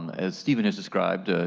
as steven has described, ah